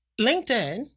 LinkedIn